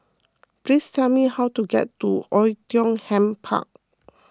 please tell me how to get to Oei Tiong Ham Park